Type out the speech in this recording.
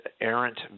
errant